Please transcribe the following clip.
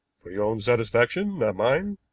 for your own satisfaction, not mine,